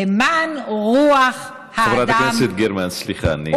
למען רוח האדם, חברת הכנסת גרמן, סליחה.